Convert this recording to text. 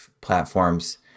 platforms